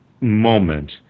moment